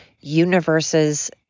universes